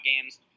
games